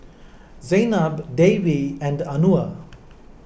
Zaynab Dewi and Anuar